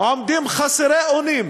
עומדים חסרי אונים